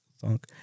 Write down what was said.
thunk